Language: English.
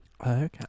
okay